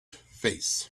face